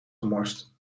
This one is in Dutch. gemorst